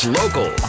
local